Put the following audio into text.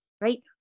right